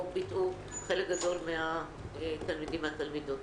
ביטאו חלק גדול מן התלמידים והתלמידות.